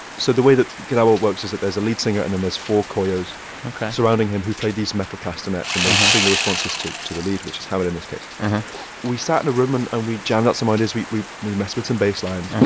so the way that gnawa works is that there's a lead singer and then there's four koyos surrounding him who play these metal castanets. and they sing the responses to to the lead, which is hamid in this case we sat in a room, and and we jammed out some ideas. we we messed with some bass lines.